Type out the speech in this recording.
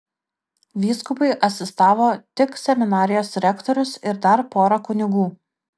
vyskupui asistavo tik seminarijos rektorius ir dar pora kunigų